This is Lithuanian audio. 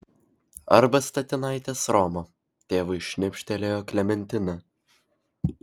arba statinaitės romo tėvui šnipštelėjo klementina